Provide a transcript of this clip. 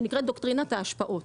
שנקראת "דוקטרינת ההשפעות":